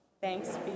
thanks